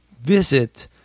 visit